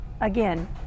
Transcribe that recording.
again